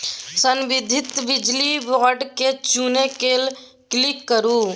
संबंधित बिजली बोर्ड केँ चुनि कए क्लिक करु